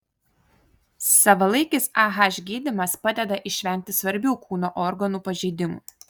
savalaikis ah gydymas padeda išvengti svarbių kūno organų pažeidimų